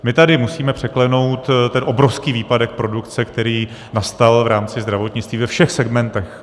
My tady musíme překlenout ten obrovský výpadek produkce, který nastal v rámci zdravotnictví ve všech segmentech.